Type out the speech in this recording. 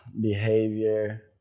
behavior